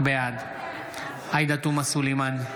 בעד עאידה תומא סלימאן,